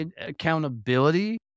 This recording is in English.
accountability